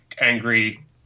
angry